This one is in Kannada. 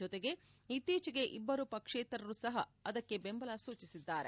ಜೊತೆಗೆ ಇತ್ತೀಚೆಗೆ ಇಬ್ಬರು ಪಕ್ಷೇತರರೂ ಸಹ ಅದಕ್ಕೆ ಬೆಂಬಲ ಸೂಚಿಸಿದ್ದಾರೆ